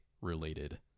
related